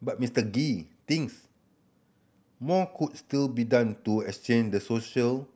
but Mister Gee thinks more could still be done to enhance the social